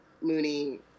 Mooney